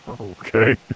Okay